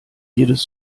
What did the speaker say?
jedes